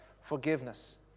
forgiveness